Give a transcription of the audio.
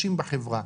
החלשים בחברה.